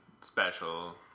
special